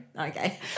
Okay